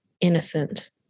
innocent